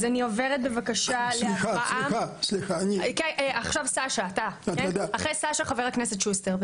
אני עוברת לסשה, ואחרי סשה ידבר חבר הכנסת שוסטר.